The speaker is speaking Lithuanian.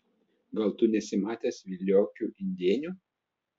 gal tu nesi matęs viliokių indėnių